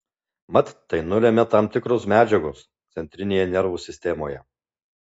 mat tai nulemia tam tikros medžiagos centrinėje nervų sistemoje